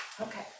Okay